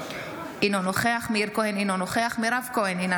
אינו נוכח מאיר כהן, אינו נוכח מירב כהן, אינה